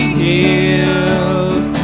healed